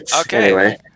Okay